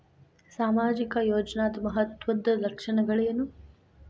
ಸಾಮಾಜಿಕ ಯೋಜನಾದ ಮಹತ್ವದ್ದ ಲಕ್ಷಣಗಳೇನು?